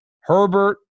Herbert